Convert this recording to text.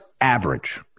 average